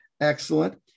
Excellent